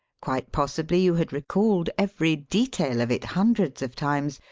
quite possibly you had recalled every detail of it hundreds of times,